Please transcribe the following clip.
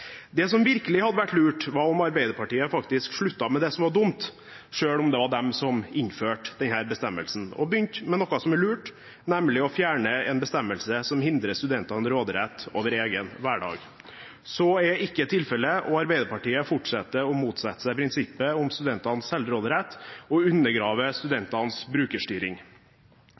Det som virkelig hadde vært lurt, var at Arbeiderpartiet faktisk sluttet med det som var dumt, selv om det var de som innførte denne bestemmelsen, og begynte med noe som er lurt, nemlig å fjerne en bestemmelse som hindrer studentene råderett over egen hverdag. Så er ikke tilfellet, og Arbeiderpartiet fortsetter å motsette seg prinsippet om studentenes selvråderett og